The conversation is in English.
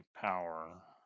power